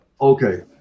okay